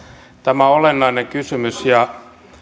tämä on olennainen kysymys ja